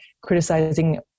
criticizing